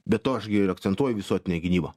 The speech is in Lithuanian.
be to aš gi ir akcentuoju visuotinę gynybą